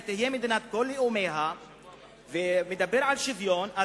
תהיה מדינת כל לאומיה ומדבר על שוויון,